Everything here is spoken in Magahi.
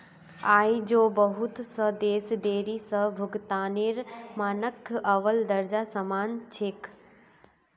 आई झो बहुत स देश देरी स भुगतानेर मानकक अव्वल दर्जार मान छेक